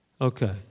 Okay